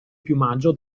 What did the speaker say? piumaggio